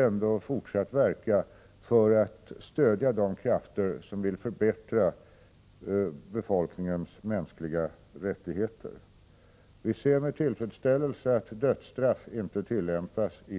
det att vi i fortsättningen måste verka för att stödja de krafter som vill förbättra befolkningens mänskliga rättigheter. Vi ser med tillfredsställelse att dödsstraff inte tillämpas i Nicaragua, och vi konstaterar att antalet fängslade har sjunkit.